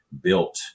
built